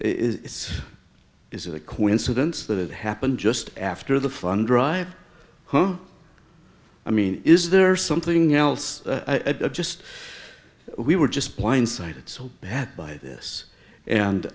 is is it a coincidence that it happened just after the fun drive home i mean is there something else i just we were just blindsided so bad by this and